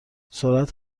سرعت